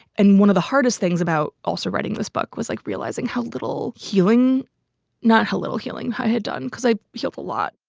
and one of the hardest things about also writing this book was like realizing how little healing not how little healing i had done because i help a lot.